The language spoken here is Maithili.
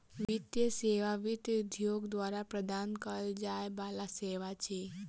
वित्तीय सेवा वित्त उद्योग द्वारा प्रदान कयल जाय बला सेवा अछि